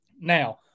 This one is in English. Now